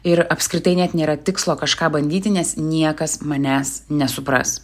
ir apskritai net nėra tikslo kažką bandyti nes niekas manęs nesupras